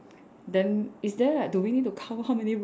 then is there like do we need to count how many rock